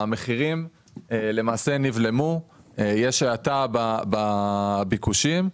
המחירים נבלמו ויש האטה בביקושים.